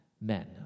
men